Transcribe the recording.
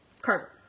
carver